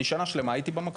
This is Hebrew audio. אני שנה שלמה הייתי במקום.